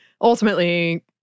ultimately